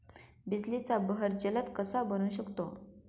बिजलीचा बहर जलद कसा बनवू शकतो?